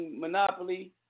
Monopoly